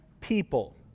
people